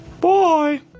Bye